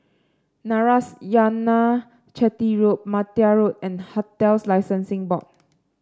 Narayanan Chetty Road Martia Road and Hotels Licensing Board